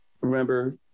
remember